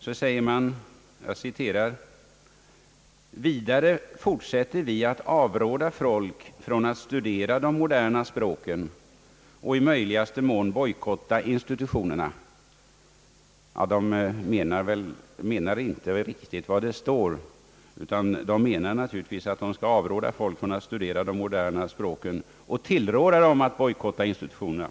I Ergo står också: »Vidare fortsätter vi att avråda folk från att studera de moderna språken och i möjligaste mån bojkotta institutionerna.» De menar väl inte riktigt vad som står, utan de menar naturligtvis att de skall avråda folk från att studera moderna språk och tillråda dem att bojkotta institutionerna.